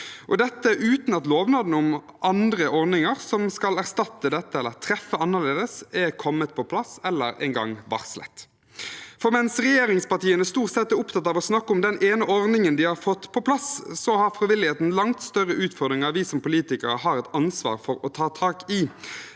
Dette er uten at andre ordninger som skal erstatte dette eller treffe annerledes – som var lovnaden – er kommet på plass eller engang varslet. Mens regjeringspartiene stort sett er opptatt av å snakke om den ene ordningen de har fått på plass, har frivilligheten langt større utfordringer vi som politikere har et ansvar for å ta tak i.